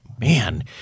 man